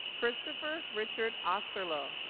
kristopher richard osterloh